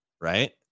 right